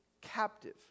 captive